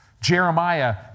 Jeremiah